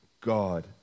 God